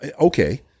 okay